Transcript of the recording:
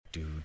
Dude